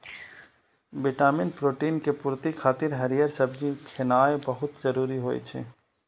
vitamin, protein के पूर्ति खातिर हरियर सब्जी खेनाय बहुत जरूरी होइ छै